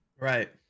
Right